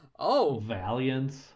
valiance